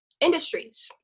industries